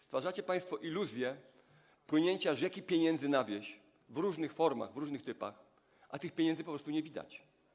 Stwarzacie państwo iluzje płynięcia rzeki pieniędzy na wieś w różnych formach, w różnych typach, a tych pieniędzy po prostu nie widać.